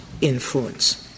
influence